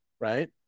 right